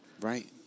Right